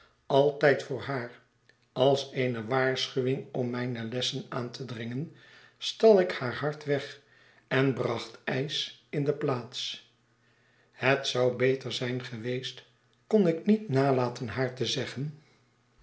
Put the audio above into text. altijd voor haar als eene waarschuwing om mijne lessen aan te dringen stal ik haar hart weg en bracht ijs in de plaats het zou beter z'yn geweest kon ik niet nalaten haar te zeggen